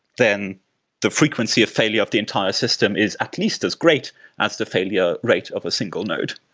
then the frequency of failure of the entire system is at least as great as the failure rate of a single node.